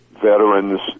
veterans